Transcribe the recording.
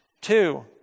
Two